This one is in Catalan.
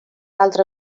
altra